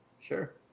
sure